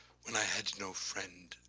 when i had no friend,